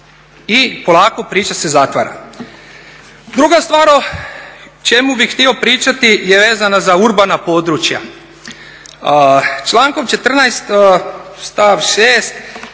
i polako priča se zatvara. Druga stvar o čemu bih htio pričati je vezana za urbana područja, člankom 14. stav 6.